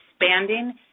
expanding